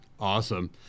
awesome